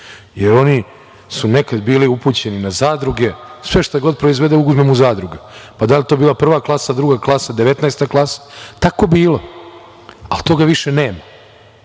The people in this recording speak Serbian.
Oni su nekad bili upućeni na zadruge. Sve što god proizvede uzme mu zadruga, pa da li to bila prva klasa, druga klasa, devetnaesta klasa. Tako je bilo, ali toga više nema